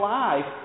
life